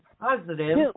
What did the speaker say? Positive